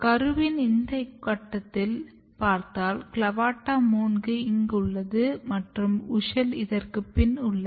கருவின் இந்த கட்டத்தில் பார்த்தால் CLAVATA 3 இங்குள்ளது மற்றும் WUSCHEL இதற்க்கு பின் உள்ளது